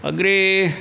अग्रे